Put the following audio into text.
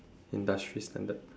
industry standard